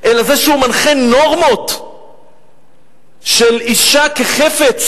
אלא זה שמנחה נורמות של אשה כחפץ,